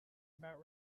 about